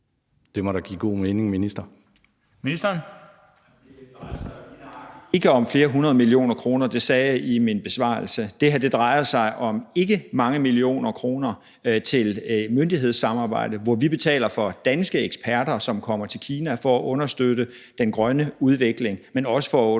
Det drejer sig jo lige nøjagtig ikke om flere hundrede millioner kroner. Det sagde jeg i min besvarelse. Det her drejer sig om ikke mange millioner kroner til et myndighedssamarbejde, hvor vi betaler for danske eksperter, som kommer til Kina for at understøtte den grønne udvikling, men også for at understøtte